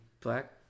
black